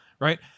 right